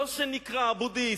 לא שנקרא אבו-דיס,